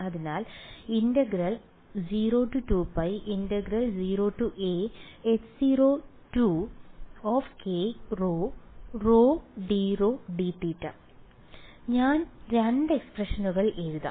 അതിനാൽ അതിനാൽ ഞാൻ 2 എക്സ്പ്രഷനുകൾ എഴുതാം